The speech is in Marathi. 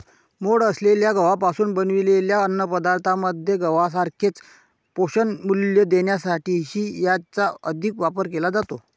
मोड आलेल्या गव्हापासून बनवलेल्या अन्नपदार्थांमध्ये गव्हासारखेच पोषणमूल्य देण्यासाठीही याचा अधिक वापर केला जातो